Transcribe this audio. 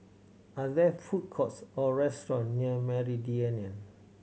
are there food courts or restaurants near Meridian